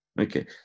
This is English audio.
Okay